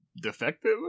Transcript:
defective